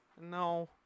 no